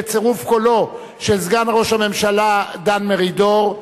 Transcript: בצירוף קולו של סגן ראש הממשלה דן מרידור,